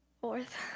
Fourth